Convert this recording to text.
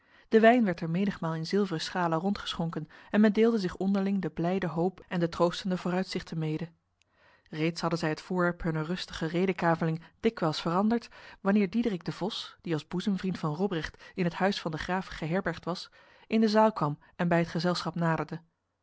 de wijn werd er menigmaal in zilveren schalen rondgeschonken en men deelde zich onderling de blijde hoop en de troostende vooruitzichten mede reeds hadden zij het voorwerp hunner rustige redekaveling dikwijls veranderd wanneer diederik de vos die als boezemvriend van robrecht in het huis van de graaf geherbergd was in de zaal kwam en bij het gezelschap naderde